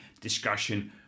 discussion